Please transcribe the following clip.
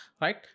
Right